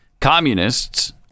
Communists